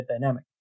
dynamic